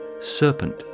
Serpent